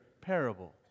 parable